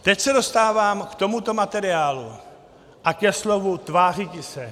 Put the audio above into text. Teď se dostávám k tomuto materiálu a ke slovu tvářiti se.